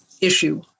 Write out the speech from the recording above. issue